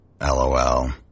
LOL